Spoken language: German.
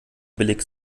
billig